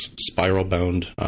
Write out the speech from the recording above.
spiral-bound